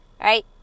right